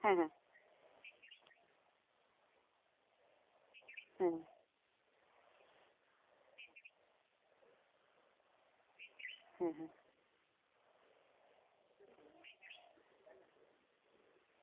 ᱦᱮᱸ ᱦᱮᱸ ᱦᱩᱸ ᱦᱮᱸ ᱦᱮᱸ